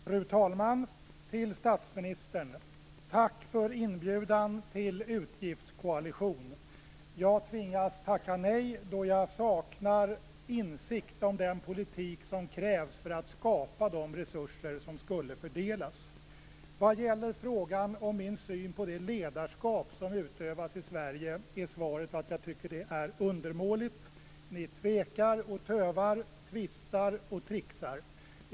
Fru talman! Till statsministern vill jag säga: Tack för inbjudan till utgiftskoalition! Jag tvingas tacka nej, då jag saknar insikt om den politik som krävs för att skapa de resurser som skulle fördelas. Vad gäller frågan om min syn på det ledarskap som utövas i Sverige, är svaret att jag tycker att det är undermåligt. Ni tvekar och tövar, tvistar och tricksar.